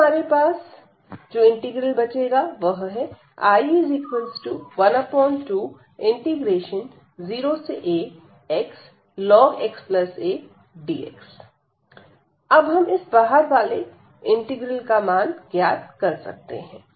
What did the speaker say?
अब हमारे पास जो इंटीग्रल बचेगा वह है I120axln⁡xadx अब हम इस बाहर वाले इंटीग्रल का मान ज्ञात कर सकते हैं